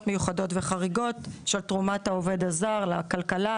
מיוחדות וחריגות של תרומת העובד הזר לכלכלה,